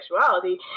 sexuality